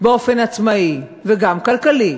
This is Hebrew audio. באופן עצמאי וגם כלכלי.